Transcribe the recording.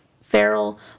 feral